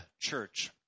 church